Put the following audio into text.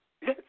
yes